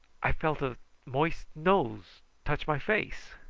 i felt a moist nose touch my face.